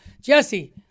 Jesse